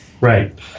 Right